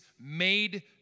made